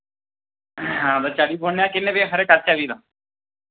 आं ते चली पौनें आं किन्ने बजे हारै